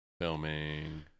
Filming